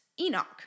Enoch